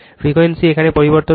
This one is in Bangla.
ফ্রিকোয়েন্সি এখানে পরিবর্তনশীল